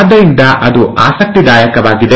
ಆದ್ದರಿಂದ ಅದು ಆಸಕ್ತಿದಾಯಕವಾಗಿದೆ